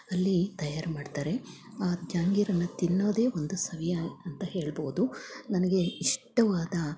ಅಲ್ಲಿ ತಯಾರಿ ಮಾಡ್ತಾರೆ ಆ ಜಹಾಂಗೀರನ್ನ ತಿನ್ನೋದೇ ಒಂದು ಸವಿಯಾ ಅಂತ ಹೇಳ್ಬೋದು ನನಗೆ ಇಷ್ಟವಾದ